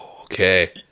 Okay